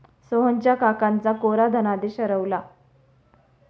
सोहनच्या काकांचा कोरा धनादेश हरवला